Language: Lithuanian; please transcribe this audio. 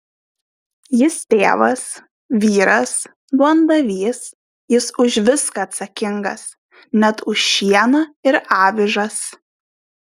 jis tėvas vyras duondavys jis už viską atsakingas net už šieną ir avižas